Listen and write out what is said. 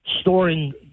storing